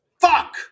Fuck